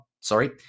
sorry